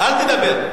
אל תדבר.